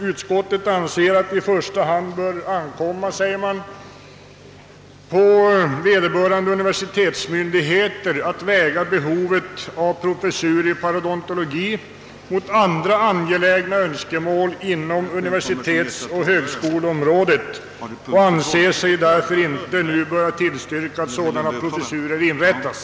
Utskottet finner emellertid »att det i första hand bör ankomma på vederbörande universitetsmyndigheter att väga behovet av professurer i parodontologi mot andra angelägna önskemål inom universitetsoch högskoleområdet och anser sig därför inte böra tillstyrka att de i motionerna föreslagna professurerna inrättas».